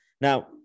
now